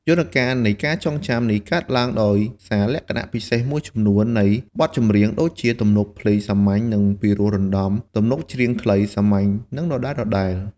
យន្តការនៃការចងចាំនេះកើតឡើងដោយសារលក្ខណៈពិសេសមួយចំនួននៃបទចម្រៀង ដូចជាទំនុកភ្លេងសាមញ្ញ និងពិរោះរណ្ដំ ទំនុកច្រៀងខ្លី សាមញ្ញ និងដដែលៗ។